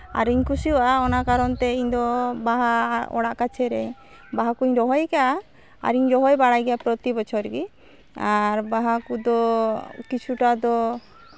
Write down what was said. ᱟᱨᱤᱧ ᱠᱩᱥᱤᱭᱟᱜᱼᱟ ᱚᱱᱟ ᱠᱟᱨᱚᱱ ᱛᱮ ᱤᱧᱫᱚ ᱵᱟᱦᱟ ᱚᱲᱟᱜ ᱠᱟᱪᱷᱮ ᱨᱮ ᱵᱟᱦᱟ ᱠᱚᱧ ᱨᱚᱦᱚᱭ ᱟᱠᱟᱫᱼᱟ ᱟᱨᱤᱧ ᱨᱚᱦᱚᱭ ᱵᱟᱲᱟᱭ ᱜᱮᱭᱟ ᱯᱨᱚᱛᱤ ᱵᱚᱪᱷᱚᱨ ᱜᱮ ᱟᱨ ᱵᱟᱦᱟ ᱠᱚᱫᱚ ᱠᱤᱪᱷᱩᱴᱟ ᱫᱚ